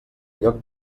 lloc